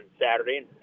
Saturday